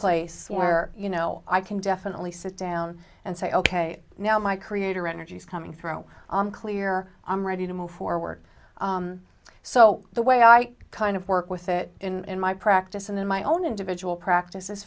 place where you know i can definitely sit down and say ok now my creator energies coming through clear i'm ready to move forward so the way i kind of work with it in my practice and in my own individual practice is